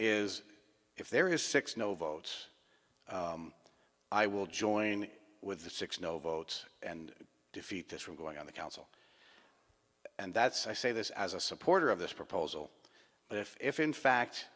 is if there is six no votes i will join with the six no votes and defeat this from going on the council and that's i say this as a supporter of this proposal but if in fact